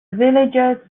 villagers